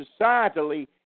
societally